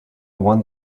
one